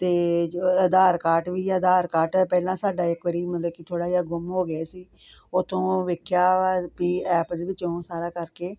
ਅਤੇ ਜੋ ਆਧਾਰ ਕਾਰਟ ਵੀ ਆਧਾਰ ਕਾਰਟ ਪਹਿਲਾਂ ਸਾਡਾ ਇੱਕ ਵਾਰੀ ਮਤਲਬ ਕਿ ਥੋੜ੍ਹਾ ਜਿਹਾ ਗੁੰਮ ਹੋ ਗਏ ਸੀ ਉੱਥੋਂ ਵੇਖਿਆ ਵੀ ਐਪ ਦੇ ਵਿੱਚੋਂ ਸਾਰਾ ਕਰਕੇ